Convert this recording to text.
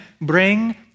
bring